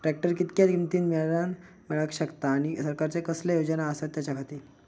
Tractor कितक्या किमती मरेन मेळाक शकता आनी सरकारचे कसले योजना आसत त्याच्याखाती?